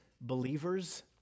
believers